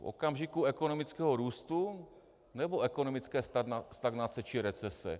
V okamžiku ekonomického růstu, nebo ekonomické stagnace či recese?